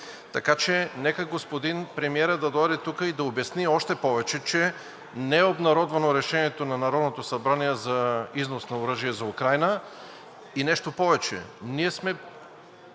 Така че нека господин премиерът да дойде тук и да обясни, още повече че не е обнародвано решението на Народното събрание за износ на оръжие за Украйна и нещо повече,